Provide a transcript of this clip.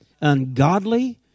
ungodly